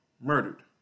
murdered